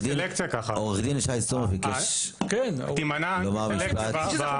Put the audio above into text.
עו"ד שי סומך ביקש לומר משפט.